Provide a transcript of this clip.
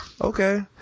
Okay